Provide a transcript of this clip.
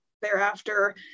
thereafter